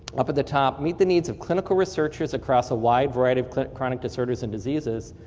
up at the top, meet the needs of clinical researchers across a wide variety of chronic disorders and diseases.